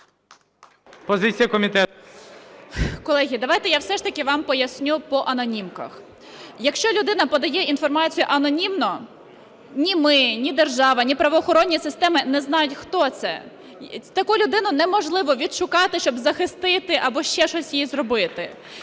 Колеги, давайте я все ж таки вам поясню по анонімках. Якщо людина подає інформацію анонімно, ні ми, ні держава, ні правоохоронні системи не знають, хто це. Таку людину неможливо відшукати, щоб захистити або ще щось їй зробити,